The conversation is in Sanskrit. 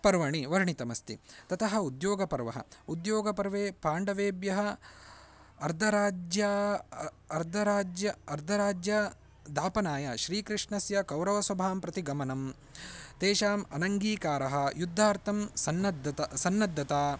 पर्वणि वर्णितमस्ति ततः उद्योगपर्व उद्योगपर्वे पाण्डवेभ्यः अर्धराज्यम् अ अर्धराज्यम् अर्धराज्यदापनाय श्रीकृष्णस्य कौरवसभां प्रति गमनं तेषाम् अनङ्गीकारः युद्धार्थं सन्नद्धता सन्नद्धता